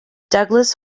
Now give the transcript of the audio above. douglas